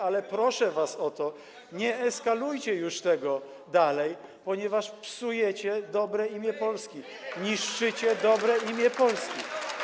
Ale proszę was o to, nie eskalujcie już tego dalej, ponieważ psujecie dobre imię Polski, niszczycie dobre imię Polski.